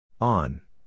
On